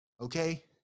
Okay